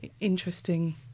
interesting